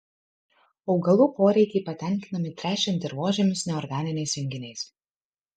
augalų poreikiai patenkinami tręšiant dirvožemius neorganiniais junginiais